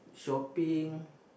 shopping